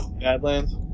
Badlands